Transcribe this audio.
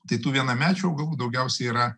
tai tų vienamečių augalų daugiausiai yra